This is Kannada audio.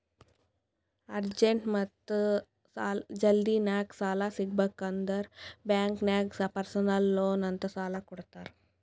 ಅರ್ಜೆಂಟ್ ಮತ್ತ ಜಲ್ದಿನಾಗ್ ಸಾಲ ಸಿಗಬೇಕ್ ಅಂದುರ್ ಬ್ಯಾಂಕ್ ನಾಗ್ ಪರ್ಸನಲ್ ಲೋನ್ ಅಂತ್ ಸಾಲಾ ಕೊಡ್ತಾರ್